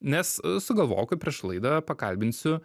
nes sugalvojau kad prieš laidą pakalbinsiu